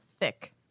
Thick